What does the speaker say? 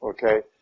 Okay